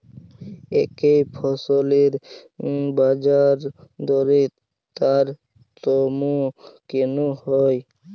একই ফসলের বাজারদরে তারতম্য কেন হয়?